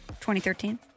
2013